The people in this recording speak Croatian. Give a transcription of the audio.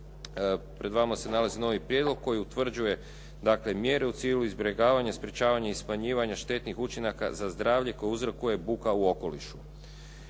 Pred vama se nalazi novi prijedlog koji utvrđuje dakle mjere u cilju izbjegavanja i sprečavanja i smanjivanja štetnih učinaka za zdravlje koje uzrokuje buka u okolišu.